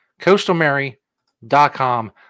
Coastalmary.com